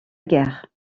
guerre